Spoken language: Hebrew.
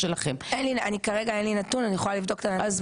לפרוטוקול, לקבל נתונים.